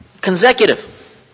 consecutive